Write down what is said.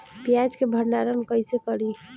प्याज के भंडारन कईसे करी?